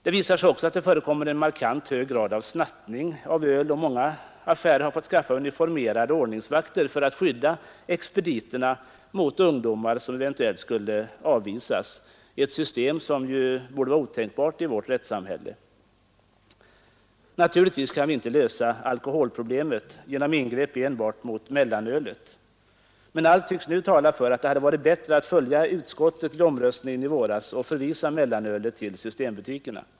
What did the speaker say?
Det visar sig också att det förekommer en markant hög grad av snattning av öl, och många affärer har fått skaffa uniformerade ordningsvakter för att skydda expediterna mot ungdomar som eventuellt skulle avvisas — ett system som ju borde vara otänkbart i vårt rättssamhälle. Naturligtvis kan vi inte lösa alkoholproblemet genom ingrepp enbart mot mellanölet. Men allt tycks nu tala för att det hade varit bättre att följa utskottet vid omröstningen i våras och förvisa mellanölet till systembutikerna.